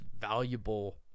valuable